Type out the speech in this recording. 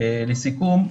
לסיכום,